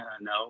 no